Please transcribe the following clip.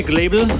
label